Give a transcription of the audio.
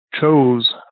chose